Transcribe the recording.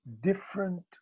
different